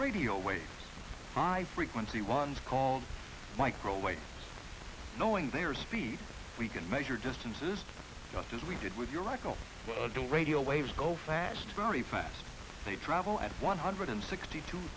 radio waves high frequency ones called microwaves knowing they are speed we can measure distances just as we did with your echo radio waves go fast very fast they travel at one hundred and sixty two